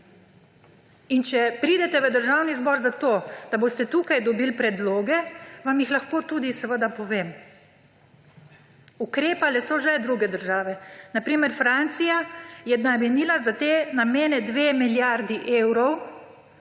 In če pridete v Državni zbor zato, da boste tukaj dobili predloge, vam jih lahko seveda tudi povem. Ukrepale so že druge države. Na primer, Francija je namenila za te namene 2 milijardi evrov,